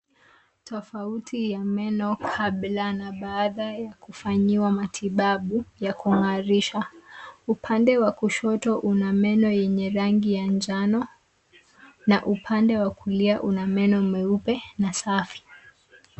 Tofauti ya meno kabla na baada ya kufanyiwa matibabu ya kung'arisha. Upande wa kushoto una meno yenye rangi ya njano, na upande wa kulia una meno meupe na safi.